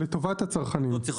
לטובת הצרכנים.